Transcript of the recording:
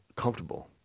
comfortable